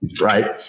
right